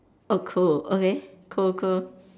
oh cool okay cool cool